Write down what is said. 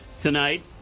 tonight